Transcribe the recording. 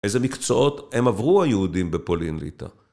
איזה מקצועות הם עברו היהודים בפולין ליטא.